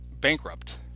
bankrupt